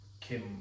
Kim